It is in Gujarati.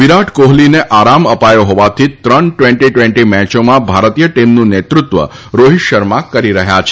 વિરાટ કોહલીને આરામ અપાયો હોવાથી ત્રણ ટ્વેન્ટી ટ્વેન્ટી મેચોમાં ભારતીય ટીમનું નેતૃત્વ રોહિત શર્મા કરી રહ્યા છે